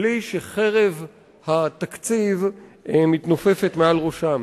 בלי שחרב התקציב מתנופפת מעל ראשם.